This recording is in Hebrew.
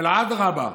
אדרבה,